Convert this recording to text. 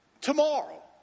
tomorrow